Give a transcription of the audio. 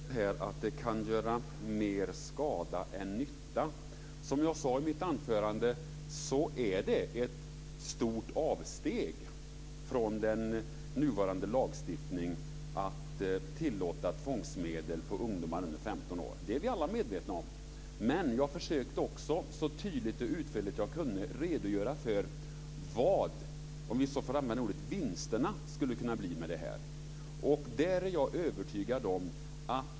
Fru talman! Nalin Pekgul säger att detta kan göra mer skada än nytta. Som jag sade i mitt anförande är det ett stort avsteg från nuvarande lagstiftning att tillåta tvångsmedel på ungdomar under 15 år. Det är vi alla medvetna om. Men jag försökte också så tydligt och utförligt jag kunde redogöra för vad vinsterna, om vi får använda det ordet, skulle kunna bli med detta.